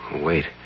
Wait